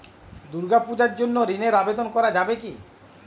দুর্গাপূজার জন্য ঋণের আবেদন করা যাবে কি?